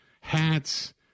hats